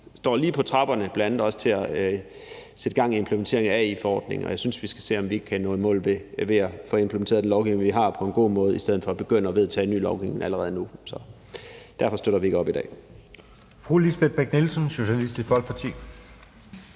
også lige på trapperne til at sætte gang i implementeringen af en AI-forordning, og jeg synes, at vi skal se, om vi ikke kan nå i mål ved at få implementeret den lovgivning, vi har, på en god måde, i stedet for at begynde at vedtage ny lovgivning allerede nu. Så derfor støtter vi ikke op om det i dag. Kl.